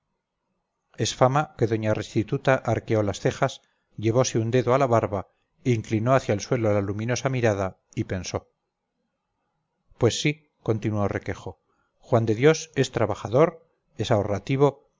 es fama que doña restituta arqueó las cejas llevose un dedo a la barba inclinó hacia el suelo la luminosa mirada y pensó pues sí continuó requejo juan de dios es trabajador es ahorrativo